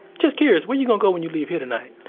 just curious, where you gonna go when you leave here tonight?